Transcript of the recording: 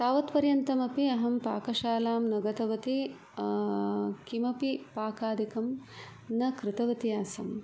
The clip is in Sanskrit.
तावत् पर्यन्तमपि अहं पाकशालां न गतवती किमपि पाकाधिकं न कृतवती आसम्